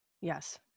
Yes